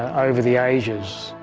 over the ages.